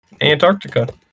Antarctica